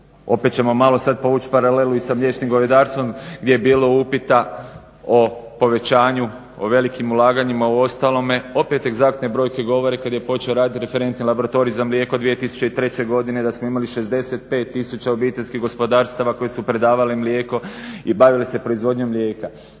Opet ćemo malo sad povuć paralelu i sa mliječnim govedarstvom gdje je bilo upita o povećanju, o velikim ulaganjima uostalome. Opet egzaktne brojke govore kad je počeo raditi referentni laboratorij za mlijeko 2003. godine da smo imali 65000 obiteljskih gospodarstava koji su predavali mlijeko i bavili se proizvodnjom mlijeka.